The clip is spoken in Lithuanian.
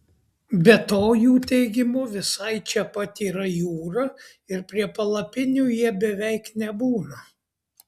be to jų teigimu visai čia pat yra jūra ir prie palapinių jie beveik nebūna